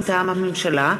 מטעם הממשלה: